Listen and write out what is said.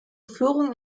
führung